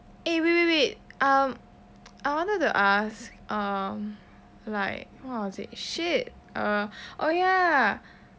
eh wait wait wait um I wanted to ask um like what was it shit err oh ya